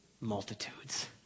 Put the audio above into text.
multitudes